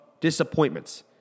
disappointments